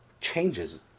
changes